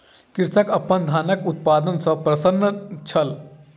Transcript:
कृषक अपन धानक उत्पादन सॅ प्रसन्न छल